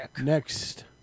next